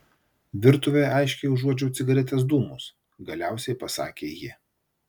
virtuvėje aiškiai užuodžiau cigaretės dūmus galiausiai pasakė ji